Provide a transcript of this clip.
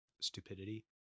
stupidity